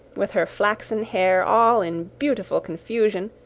with her flaxen hair all in beautiful confusion,